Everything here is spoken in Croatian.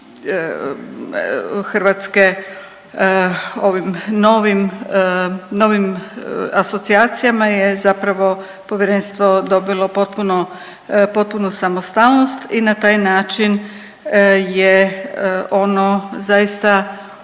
Hrvatske ovim novim asocijacijama je zapravo povjerenstvo dobilo potpunu samostalnost i na taj način je ono zaista kao